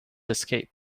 escape